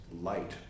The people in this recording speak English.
light